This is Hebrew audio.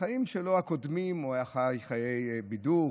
בחיים שלו הקודמים הוא היה חי חיי בידור,